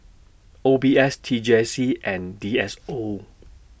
O B S T J C and D S O